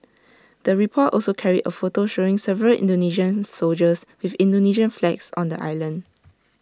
the report also carried A photo showing several Indonesian soldiers with Indonesian flags on the island